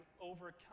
overcome